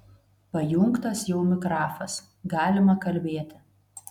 pajungtas jau mikrafas galima kalbėti